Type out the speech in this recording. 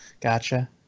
Gotcha